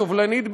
סובלנית,